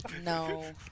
no